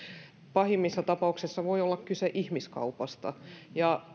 pahimmissa tapauksissa voi olla kyse ihmiskaupasta ja